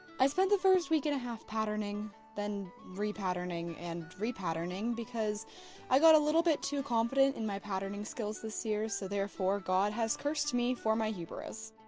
i spent the first week and a half patterning, then re-patterning and re-patterning because i got a little bit too confident in my patterning skills this year, so therefore, god has cursed me for my hubris.